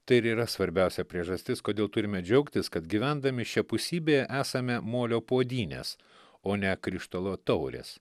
tai ir yra svarbiausia priežastis kodėl turime džiaugtis kad gyvendami šiapusybėje esame molio puodynės o ne krištolo taurės